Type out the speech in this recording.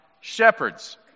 shepherds